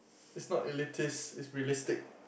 it's not elitist it's realistic